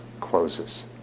closes